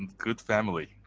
good family.